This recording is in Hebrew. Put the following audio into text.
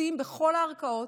בכל הערכאות,